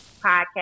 podcast